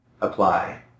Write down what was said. apply